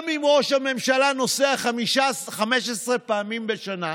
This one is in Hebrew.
גם אם ראש הממשלה נוסע 15 פעמים בשנה,